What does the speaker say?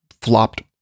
flopped